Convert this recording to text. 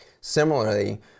Similarly